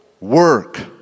Work